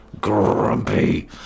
grumpy